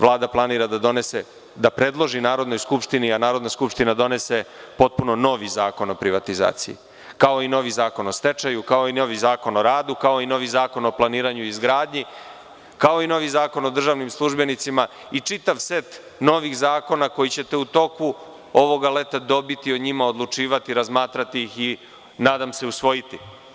Vlada planira da predloži Narodnoj skupštini, a Narodna skupština da donese potpuno novi Zakon o privatizaciji, kao i novi Zakon o stečaju, novi Zakon o radu, kao i novi Zakon o planiranju i izgradnji, kao i novi Zakon o državnim službenicima i čitav set novih zakona koje ćete u toku ovoga leta dobiti, o njima odlučivati, razmatrati ih, i nadam se, usvojiti.